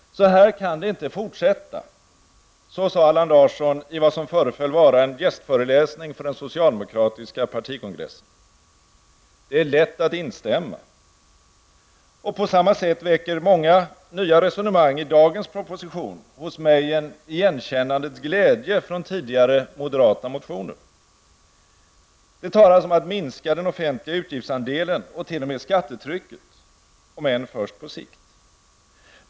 ''Så här kan det inte få fortsätta.'' Så sade Allan Larsson i vad som föreföll vara en gästföreläsning för den socialdemokratiska partikongressen. Det är lätt att instämma. På samma sätt väcker många nya resonemang i dagens proposition hos mig en igenkännandets glädje från tidigare moderata motioner. Det talas om att minska den offentliga utgiftsandelen och t.o.m. skattetrycket -- om än först på sikt.